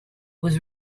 was